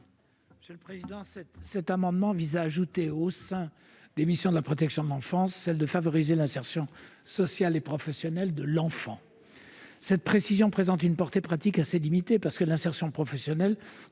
commission ? Cet amendement vise à ajouter au sein des missions de la protection de l'enfance celle de favoriser l'insertion sociale et professionnelle de l'enfant. Cette précision présente une portée pratique assez limitée : l'insertion professionnelle